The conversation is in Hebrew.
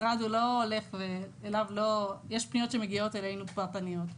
יש פניות שמגיעות אלינו פרטניות,